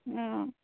हाँ